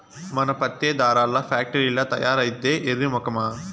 మన పత్తే దారాల్ల ఫాక్టరీల్ల తయారైద్దే ఎర్రి మొకమా